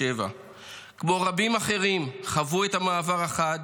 כמו רבים אחרים חוו את המעבר החד